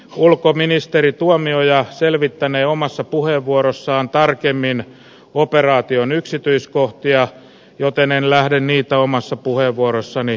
ulkoministeri tuomioja selvittänee omassa puheenvuorossaan tarkemmin operaation yksityiskohtia joten en lähde niitä omassa puheenvuorossani käsittelemään